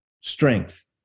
strength